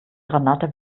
granate